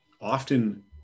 often